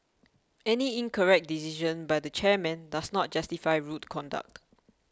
any incorrect decision by the chairman does not justify rude conduct